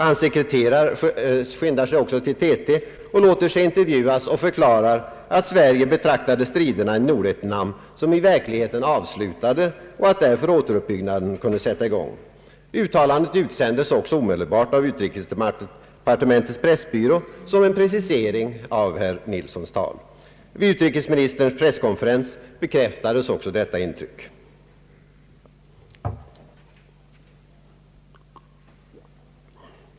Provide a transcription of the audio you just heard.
Hans sekreterare skyndar sig också till TT, låter sig intervjuas och förklarar att Sverige betraktade striderna i Nordvietnam som i verkligheten avslutade och att därför återuppbyggnaden kunde sätta i gång. Uttalandet utsändes även omedelbart av utrikesdepartementets pressbyrå som en precisering av herr Nilssons tal. Vid utrikesministerns presskonferens bekräftades också detta intryck.